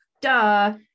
duh